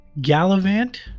Gallivant